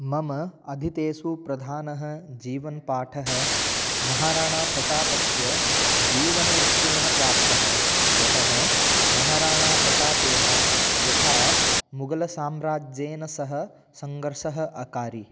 मम अधीतेषु प्रधानः जीवनपाठः महाराणाप्रतापस्य जीवनवृत्तेन प्राप्तः यतः महाराणाप्रतापेन यथा मुघलसाम्राज्येन सह संघर्षः अकारि